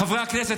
חברי הכנסת,